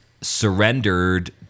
surrendered